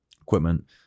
equipment